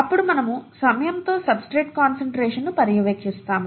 అప్పుడు మనము సమయంతో సబ్స్ట్రేట్ కాన్సంట్రేషన్ను పర్యవేక్షిస్తాము